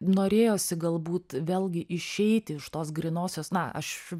norėjosi galbūt vėlgi išeiti iš tos grynosios na aš